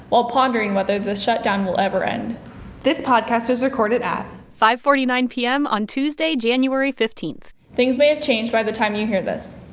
while pondering whether the shutdown will ever end this podcast was recorded at. five forty nine p m. on tuesday, january fifteen point things may have changed by the time you hear this.